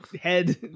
head